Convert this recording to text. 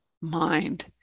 mind